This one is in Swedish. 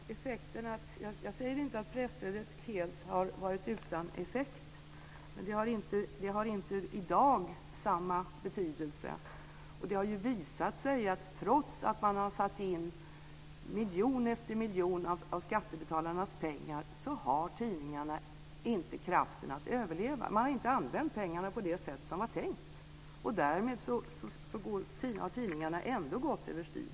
Herr talman! Jag säger inte att presstödet helt har varit utan effekt, men det har inte samma betydelse i dag. Det har visat sig att tidningarna, trots att man har satt in miljon efter miljon av skattebetalarnas pengar, inte har kraften att överleva. De har inte använt pengarna på det sätt som var tänkt, och därmed har tidningarna ändå gått överstyr.